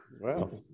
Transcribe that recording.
Wow